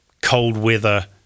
cold-weather